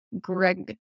Greg